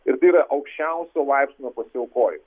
ir tai yra aukščiausio laipsnio pasiaukoj